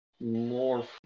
more